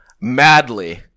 madly